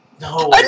No